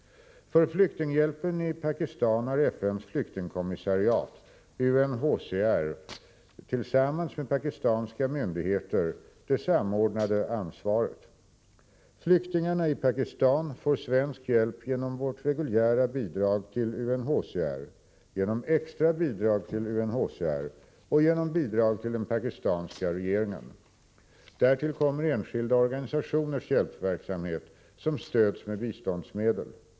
För flyktinghjälpen i Pakistan har FN:s flyktingkommissariat tillsammans med pakistanska myndigheter det samordnande ansvaret. Flyktingarna i Pakistan får svensk hjälp genom vårt reguljära bidrag till UNHCR, genom extra bidrag till UNHCR och genom bidrag till den pakistanska regeringen. Därtill kommer enskilda organisationers hjälpverksamhet, som stöds med biståndsmedel.